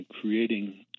creating